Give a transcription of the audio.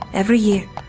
every year,